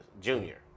Junior